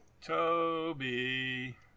Toby